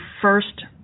first